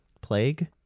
plague